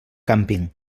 càmping